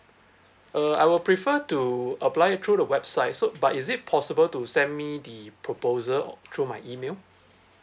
uh I will prefer to apply through the website so but is it possible to send me the proposal through my email